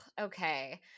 okay